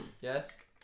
Yes